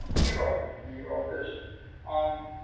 he wrote and he wrote this. um